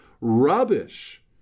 rubbish